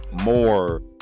more